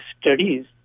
studies